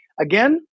again